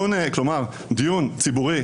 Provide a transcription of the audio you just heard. כלומר דיון ציבורי,